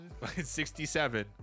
67